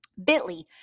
Bitly